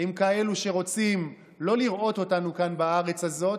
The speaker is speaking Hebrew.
עם כאלו שרוצים לא לראות אותנו כאן בארץ הזאת,